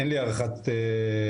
אין לי הערכת זמן.